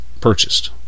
purchased